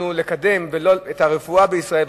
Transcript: כדי שאנחנו נוכל לקדם את הרפואה בישראל,